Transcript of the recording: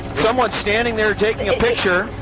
someone's standing there taking a picture.